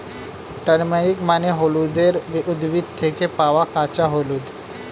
turmeric মানে হলুদের উদ্ভিদ থেকে পাওয়া কাঁচা হলুদ